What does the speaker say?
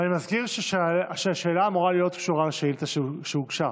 נזכיר שהשאלה אמורה להיות קשורה לשאילתה שהוגשה.